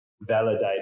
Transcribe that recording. validate